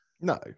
No